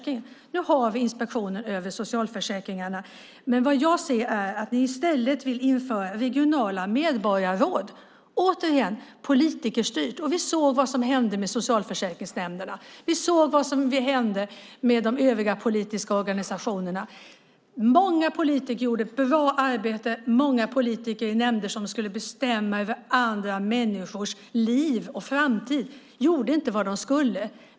Nu har vi Inspektionen för socialförsäkringen, men ni vill i stället införa regionala medborgarråd. Återigen är det något politikerstyrt. Vi såg vad som hände med socialförsäkringsnämnderna och de övriga politiska organisationerna. Många politiker gjorde ett bra arbete, men många politiker i nämnder som skulle bestämma över andra människors liv och framtid gjorde inte vad de skulle.